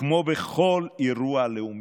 כמו בכל אירוע לאומי.